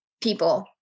people